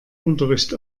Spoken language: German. unterricht